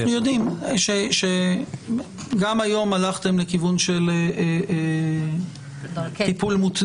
אנחנו יודעים שגם היום הלכתם לכיוון של טיפול מותנה.